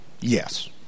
Yes